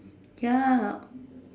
ya